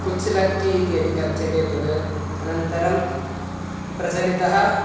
कुच्चुलक्की इति यदि कथ्यते तद् अनन्तरं प्रचलितः